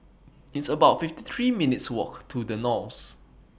It's about fifty three minutes' Walk to The Knolls